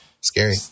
Scary